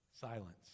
Silence